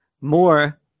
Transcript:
More